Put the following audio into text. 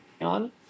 on